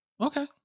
Okay